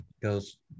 goes